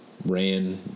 ran